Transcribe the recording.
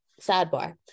sidebar